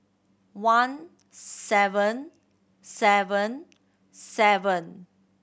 one seven seven seven